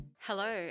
Hello